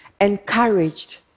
encouraged